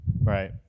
Right